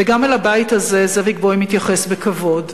וגם אל הבית הזה זאביק בוים התייחס בכבוד,